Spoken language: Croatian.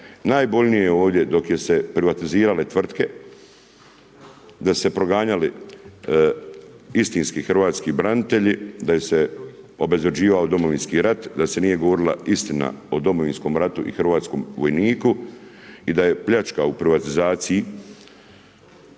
Najbolnije je ovdje, dok je se privatizirale tvrtke, da su se proganjali istinski hrvatski branitelji, da je se obezvrjeđivao Domovinski rat, da se nije govorila istina o Domovinskom ratu i hrvatskom vojniku i da je pljačka u privatizaciji